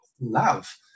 love